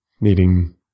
needing